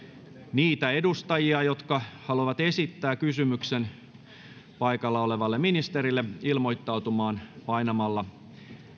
niitä edustajia jotka haluavat esittää kysymyksen ministerille ilmoittautumaan painamalla